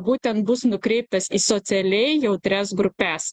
būtent bus nukreiptas į socialiai jautrias grupes